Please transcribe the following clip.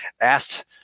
asked